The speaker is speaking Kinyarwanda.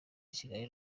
kigali